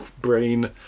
Brain